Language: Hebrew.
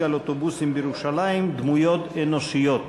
על אוטובוסים בירושלים דמויות אנושיות.